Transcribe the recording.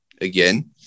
again